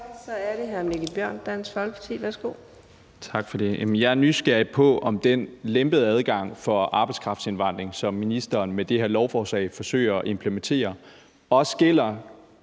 Så er det hr. Mikkel Bjørn, Dansk Folkeparti. Værsgo. Kl. 14:27 Mikkel Bjørn (DF): Tak for det. Jeg er nysgerrig på, om den lempede adgang for arbejdskraftindvandring, som ministeren med det her lovforslag forsøger at implementere, også gælder